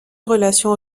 relations